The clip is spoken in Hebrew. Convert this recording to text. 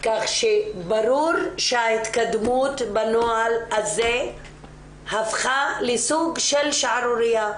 כך שברור שההתקדמות בנוהל הזה הפכה לסוג של שערורייה.